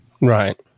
Right